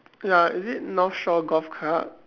ya is it north shore golf club